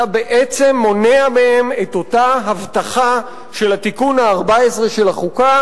אתה בעצם מונע מהם את אותה הבטחה של התיקון ה-14 של החוקה,